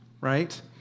right